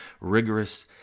rigorous